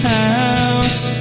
house